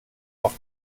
auf